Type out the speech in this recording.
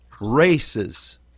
races